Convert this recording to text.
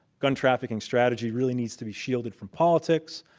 gun trafficking strategy really needs to be shielded from politics.